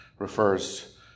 Refers